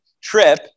trip